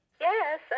Yes